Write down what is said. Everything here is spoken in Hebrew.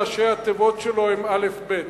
ראשי התיבות של שמו הם א"ב,